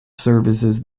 services